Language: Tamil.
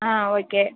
ஆ ஓகே